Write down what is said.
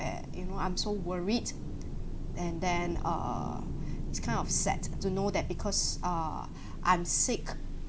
where you know I'm so worried and then err it's kind of sad to know that because err I'm sick